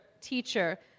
teacher